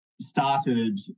started